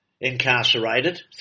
incarcerated